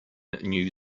new